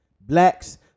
blacks